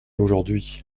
aujourd’hui